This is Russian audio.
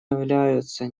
являются